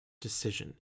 decision